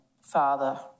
father